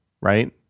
right